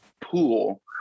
pool